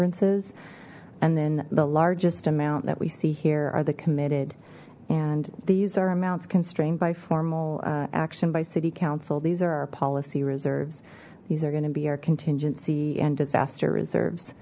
ances and then the largest amount that we see here are the committed and these are amounts constrained by formal action by city council these are our policy reserves these are going to be our contingency and disaster reserves